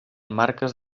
marques